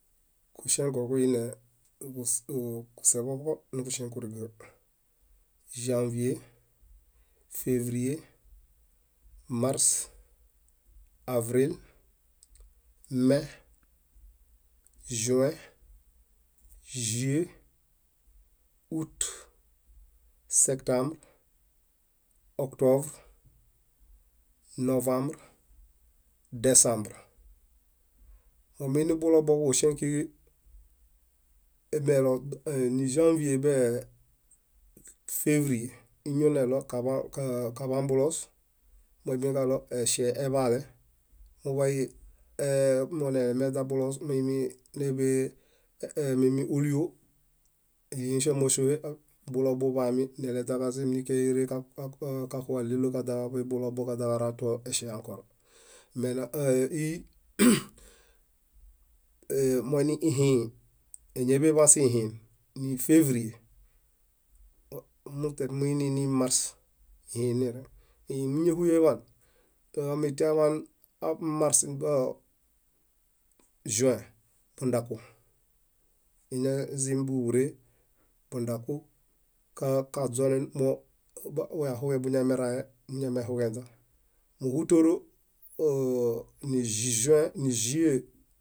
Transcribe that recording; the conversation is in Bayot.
Kuŝẽkoġuine kuseḃoko níġuŝẽġuriga: ĵãvie, févrie, mars, avril, me, ĵuẽ, ĵúye, út, sektãb, oktovr, novãb, desãbr. Momiinibulobo kuġuŝeŋ kíġi? Imelo níĵãvie bee févrie íi mineɭo kaḃã- kaḃambulos, eŝe eḃale, muḃay ee- moneemeźaḃulos muimii néḃe mími óliyo, íhĩŝamaŝohe buloo buḃami neleźaġazim níkaere kúxuġaɭelo káźaġaḃe bulobo kaźaġara to eŝe ãkor. Menã áa- íi, áa- moini ihĩĩhi. Éñaḃeḃaan sihĩĩ, nífevrie muśe numuininimars, ihinireŋ. Íhimiñahuyeḃaan, teomitiaḃaan mars boo ĵuẽ, bundaku. Íi nézinibuḃuree bundaku kaźonen mobiḃahuġen buñamerae muñamehuġenźa. Móhutoro, áa- niĵuẽ, níĵuye,